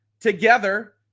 together